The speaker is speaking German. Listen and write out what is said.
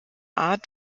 art